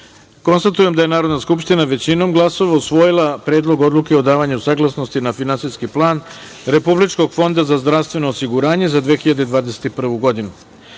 jedan. Konstatujem da je Narodna skupština većinom glasova usvojila Predlog odluke o davanju saglasnosti na finansijski plan Republičkog fonda za zdravstveno osiguranje za 2021.